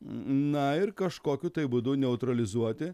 na ir kažkokiu būdu neutralizuoti